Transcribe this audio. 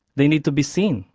they need to be seen.